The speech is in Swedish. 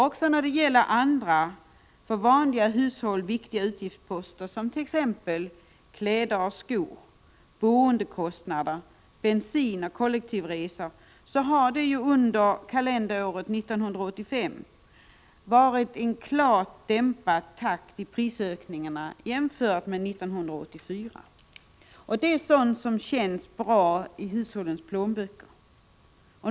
Också när det gäller andra för vanliga hushåll viktiga utgiftsposter som kläder och skor, boendekostnader, bensin och kollektivresor har det under kalenderåret 1985 varit en klart dämpad takt i prisökningarna jämfört med 1984. Det är sådant som känns bra i hushållens plånböcker.